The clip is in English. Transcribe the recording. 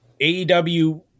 AEW